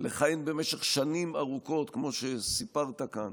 לכהן במשך שנים ארוכות, כמו שסיפרת כאן,